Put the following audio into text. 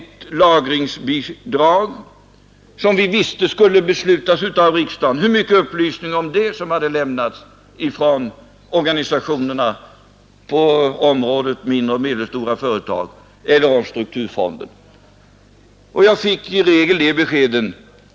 Socialdemokratin i ledningen under flera årtionden har kunnat följas av det svenska folket, dess politik är känd och också bedömd. Resultaten får tala för sig själva.